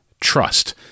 trust